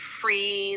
free